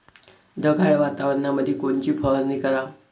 ढगाळ वातावरणामंदी कोनची फवारनी कराव?